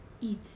eat